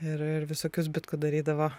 ir ir visokių zbitkų darydavo